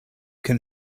can